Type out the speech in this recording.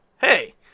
Hey